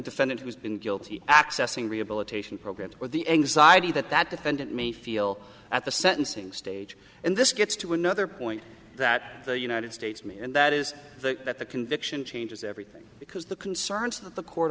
defendant who has been guilty accessing rehabilitation programs or the anxiety that that defendant may feel at the sentencing stage and this gets to another point that the united states me and that is that the conviction changes everything because the concerns of the court